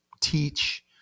teach